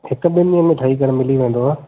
हिकु ॿिनि ॾींहंन में ठही करे मिली वेंदव